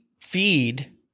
feed